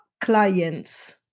clients